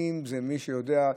מי שיודע,